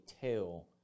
tell